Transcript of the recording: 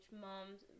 moms